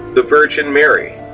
the virgin mary,